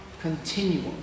continuum